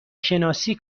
شناسی